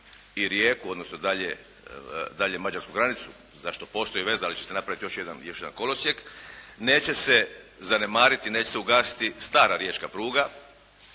i Rijeku odnosno dalje mađarsku granicu za što postoji veza ali će se napraviti još jedan kolosijek. Neće se zanemariti, neće se ugasiti stara riječka pruga